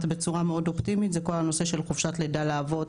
בצורה מאוד אופטימית זה כל הנושא של חופשת לידה לאבות,